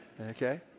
Okay